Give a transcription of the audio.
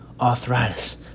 arthritis